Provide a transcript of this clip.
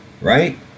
right